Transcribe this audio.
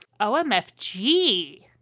OMFG